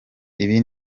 ibi